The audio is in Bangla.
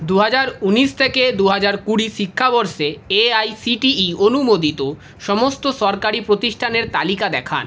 দু হাজার উনিশ থেকে দু হাজার কুড়ি শিক্ষাবর্ষে A I C T E অনুমোদিত সমস্ত সরকারি প্রতিষ্ঠানের তালিকা দেখান